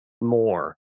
more